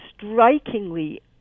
strikingly